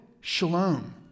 shalom